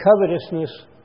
covetousness